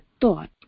thought